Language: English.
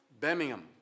Birmingham